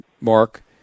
Mark